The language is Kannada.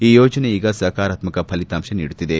ಈ ಯೋಜನೆ ಈಗ ಸಕರಾತ್ನಕ ಫಲಿತಾಂಶ ನೀಡುತ್ತಿದೆ